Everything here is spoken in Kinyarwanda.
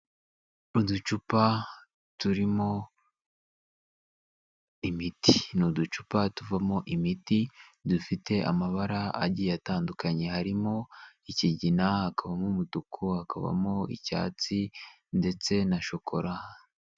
Uducupa turimo imiti ni uducupa tuvamo imiti dufite amabara agiye atandukanye, harimo ikigina, hakabamo umutuku, hakabamo icyatsi ndetse na shokora.